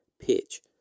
pitch